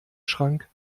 schrank